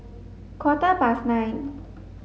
quarter past nine